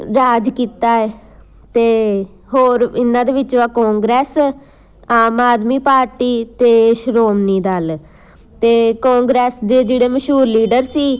ਰਾਜ ਕੀਤਾ ਅਤੇ ਹੋਰ ਇਹਨਾਂ ਦੇ ਵਿੱਚੋਂ ਹੈ ਕੋਂਗਰੈਸ ਆਮ ਆਦਮੀ ਪਾਰਟੀ ਅਤੇ ਸ਼੍ਰੋਮਣੀ ਦਲ ਅਤੇ ਕੋਂਗਰੈਸ ਦੇ ਜਿਹੜੇ ਮਸ਼ਹੂਰ ਲੀਡਰ ਸੀ